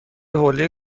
حوله